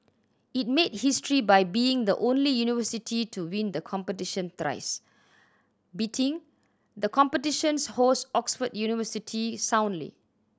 it made history by being the only university to win the competition thrice beating the competition's host Oxford University soundly